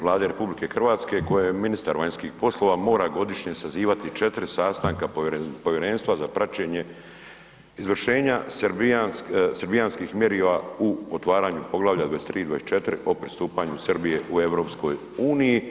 Vlade RH kojom ministar vanjskih poslova mora godišnje sazivati 4 sastanka Povjerenstva za praćenje izvršenja srbijanskih mjerila u otvaranju Poglavlja 23 i 24 o pristupanju Srbije u EU.